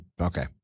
Okay